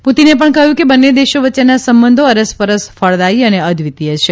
પુતિને પણ કહ્યું કે બંને દેશો વચ્ચેના સંબંધો અરસપરસ ફળદાથી અને અદ્વિતિથ છે